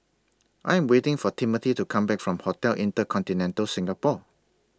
I Am waiting For Timmothy to Come Back from Hotel InterContinental Singapore